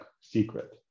secret